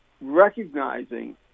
recognizing